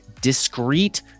discrete